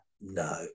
No